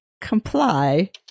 comply